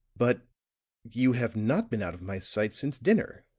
but you have not been out of my sight since dinner.